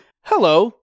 Hello